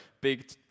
big